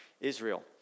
Israel